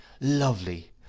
lovely